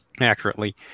accurately